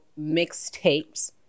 mixtapes